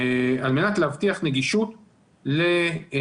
על מנת להבטיח נגישות לחיסונים.